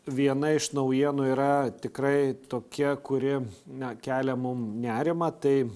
viena iš naujienų yra tikrai tokia kuri na kelia mum nerimą tai